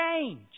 change